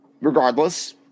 Regardless